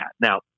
Now